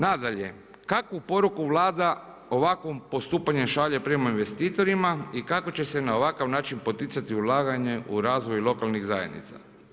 Nadalje, kakvu poruku Vlada ovakvim postupanjem šalje prema investitorima i kako će se na ovakav način poticati ulaganje u razvoj lokalnih zajednica.